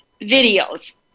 videos